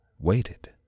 waited